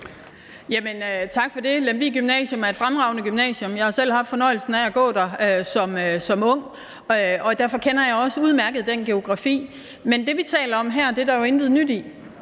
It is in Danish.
Tak for det. Lemvig Gymnasium er et fremragende gymnasium. Jeg har selv haft fornøjelsen af at gå der som ung, og derfor kender jeg udmærket den geografi. Men det, vi taler om her, er der jo intet nyt i.